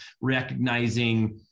recognizing